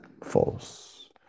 false